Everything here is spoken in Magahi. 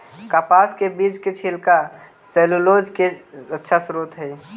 कपास के बीज के छिलका सैलूलोज के अच्छा स्रोत हइ